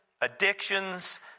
addictions